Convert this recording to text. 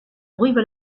brive